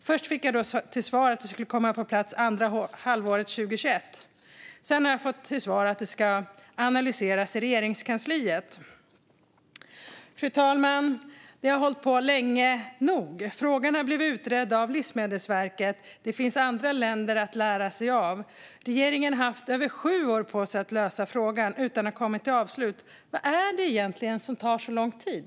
Först fick jag svaret att förslaget skulle komma på plats andra halvåret 2021. Sedan har jag fått svaret att förslaget ska analyseras i Regeringskansliet. Fru talman! Regeringen har hållit på länge nog. Frågan har blivit utredd av Livsmedelsverket, och det finns andra länder att lära sig av. Regeringen har haft över sju år på sig att lösa frågan utan att ha kommit till avslut. Vad är det som tar så lång tid?